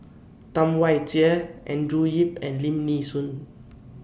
Tam Wai Jia Andrew Yip and Lim Nee Soon